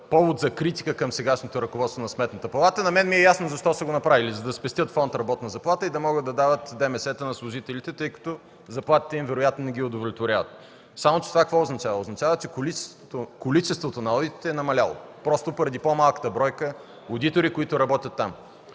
повод за критика към досегашното ръководство на Сметната палата. На мен ми е ясно защо са го направили – за да спестят фонд „Работна заплата” и да могат да дават ДМС-та на служителите, тъй като заплатите им вероятно не ги удовлетворяват. Само че какво означава това? Означава, че количеството на одитите е намаляло поради по-малката бройка одитори, които работят там.